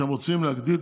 אתם רוצים להגדיל?